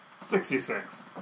Sixty-six